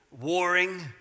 warring